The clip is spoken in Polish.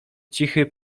cichy